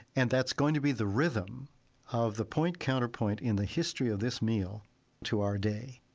and that's going to be the rhythm of the point counterpoint in the history of this meal to our day